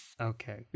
Okay